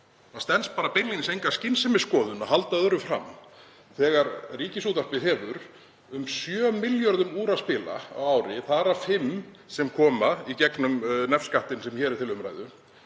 Það stenst beinlínis enga skynsemisskoðun að halda öðru fram þegar Ríkisútvarpið hefur úr um 7 milljörðum að spila á ári, þar af 5 sem koma í gegnum nefskattinn sem hér er til umræðu.